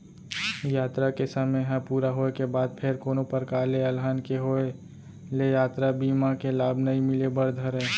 यातरा के समे ह पूरा होय के बाद फेर कोनो परकार ले अलहन के होय ले यातरा बीमा के लाभ नइ मिले बर धरय